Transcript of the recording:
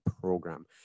program